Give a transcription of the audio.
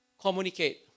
communicate